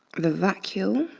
the vacuole,